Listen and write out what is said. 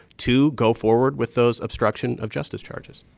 to go forward with those obstruction of justice charges?